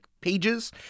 pages